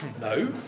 No